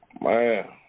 Man